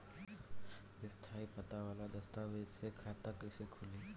स्थायी पता वाला दस्तावेज़ से खाता कैसे खुली?